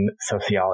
sociology